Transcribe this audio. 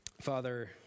Father